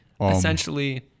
essentially